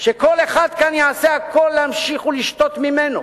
שכל אחד כאן יעשה הכול להמשיך ולשתות ממנו